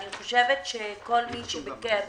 אני חושבת שכל מי שביקר